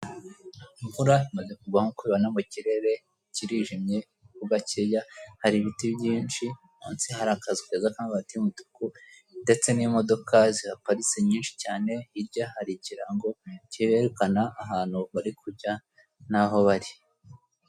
Imvura imaze kugwa nkubo ubibona ikirere kirijimye muri makeya. Hari ibiti byinshi munsi hari akazu keza k'amabati y'umutuku ndetse n'imodoka zihaparitse nyinshi cyane, hirya hari ikirango cyiberrekana ahantu bari kujya n'aho bari.